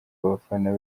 abafana